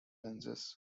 lenses